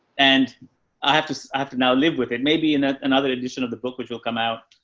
and i have to, i have to now live with it. maybe in another edition of the book, which will come out,